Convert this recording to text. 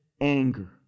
anger